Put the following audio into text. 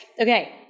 Okay